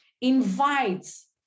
invites